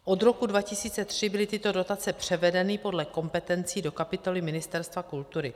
Od roku 2003 byly tyto dotace převedeny podle kompetencí do kapitoly Ministerstva kultury.